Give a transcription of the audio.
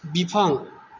बिफां